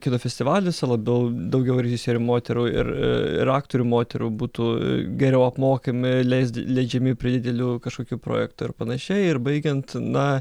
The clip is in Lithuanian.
kino festivaliuose labiau daugiau režisierių moterų ir ir aktorių moterų būtų geriau apmokami leisd leidžiami prie didelių kažkokių projektų ir panašiai ir baigiant na